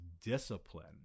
discipline